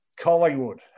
Collingwood